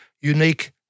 unique